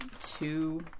two